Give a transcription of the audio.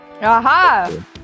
aha